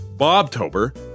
Bobtober